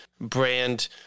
brand